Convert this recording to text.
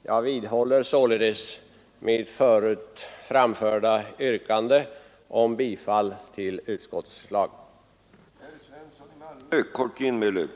Jag vidhåller således mitt förut framförda yrkande om bifall till utskottets hemställan.